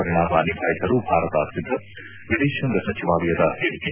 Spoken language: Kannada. ಪರಿಣಾಮ ನಿಭಾಯಿಸಲು ಭಾರತ ಸಿದ್ದ ವಿದೇಶಾಂಗ ಸಚಿವಾಲಯದ ಹೇಳಿಕೆ